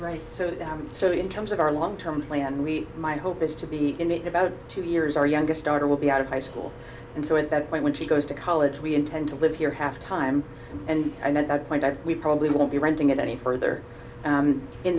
right so down so in terms of our long term plan we my hope is to be in it about two years our youngest daughter will be out of high school and so at that point when she goes to college we intend to live here half time and i know at that point that we probably won't be renting it any further